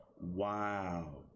Wow